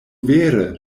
vere